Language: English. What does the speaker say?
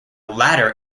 latter